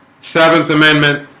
seventh amendment